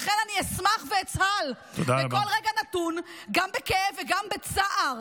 לכן אני אשמח ואצהל בכל רגע נתון גם בכאב וגם בצער,